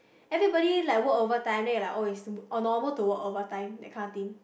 everybody like work overtime then you like oh it's like normal to work overtime that kind of thing